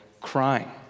crying